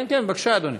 כן, כן, בבקשה, אדוני.